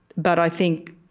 but i think